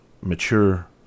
mature